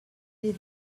des